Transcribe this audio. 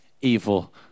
Evil